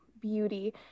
beauty